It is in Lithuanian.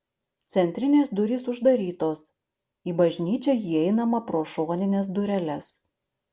centrinės durys uždarytos į bažnyčią įeinama pro šonines dureles